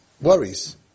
Worries